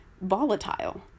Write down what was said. volatile